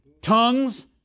Tongues